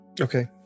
okay